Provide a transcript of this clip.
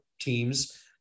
teams